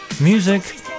music